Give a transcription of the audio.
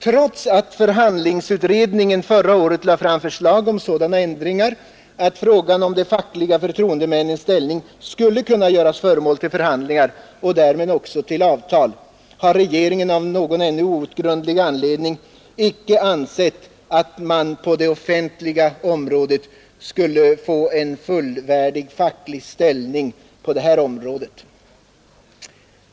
Trots att förhandlingsutredningen förra året lade fram förslag om sådana ändringar att frågan om de fackliga förtroendemännens ställning skulle kunna göras till föremål för förhandlingar och därmed också till avtal, har regeringen av någon ännu outgrundlig anledning icke ansett att man på det offentliga området skall ha en fullvärdig facklig ställning i det här avseendet.